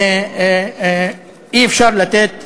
אי-אפשר לתת